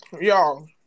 y'all